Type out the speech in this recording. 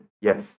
yes